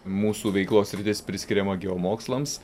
mūsų veiklos sritis priskiriama geo mokslams